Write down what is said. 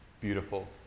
Beautiful